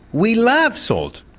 we love salt,